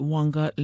Wanga